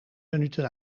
minuten